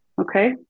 Okay